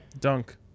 Dunk